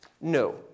No